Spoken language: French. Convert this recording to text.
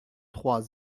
trois